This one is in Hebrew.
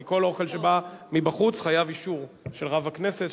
כי כל אוכל שבא מבחוץ חייב אישור של רב הכנסת.